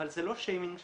אבל זה לא שיימינג שנפגשת.